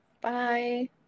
Bye